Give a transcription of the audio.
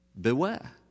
Beware